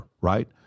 right